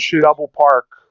double-park